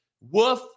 woof